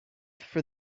for